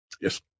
Yes